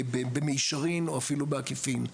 במישרין או אפילו בעקיפין.